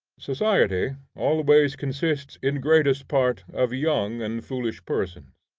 society always consists in greatest part of young and foolish persons.